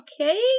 okay